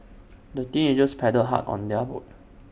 the teenagers paddled hard on their boat